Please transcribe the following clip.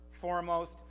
foremost